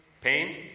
pain